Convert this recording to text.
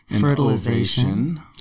Fertilization